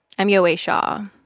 i'm yowei shaw.